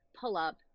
pull-up